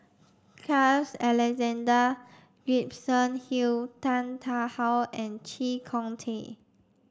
Carl Alexander Gibson Hill Tan Tarn How and Chee Kong Tet